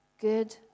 good